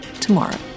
tomorrow